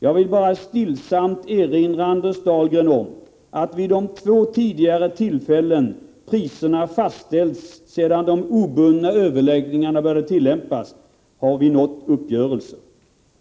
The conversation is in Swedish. Jag vill bara stillsamt erinra om att man vid de två tidigare tillfällen då priserna fastställts sedan de obundna överläggningarna började tillämpas har nått uppgörelse.